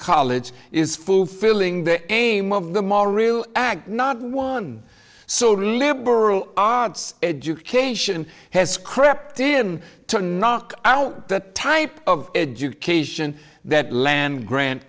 college is fulfilling the aim of the more real act not one so liberal arts education has crept in to knock out the type of education that land grant